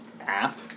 app